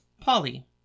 Polly